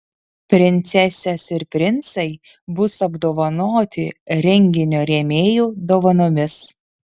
princesės ir princai bus apdovanoti renginio rėmėjų dovanomis